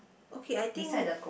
okay I think